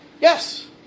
Yes